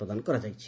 ପ୍ରଦାନ କରାଯାଇଛି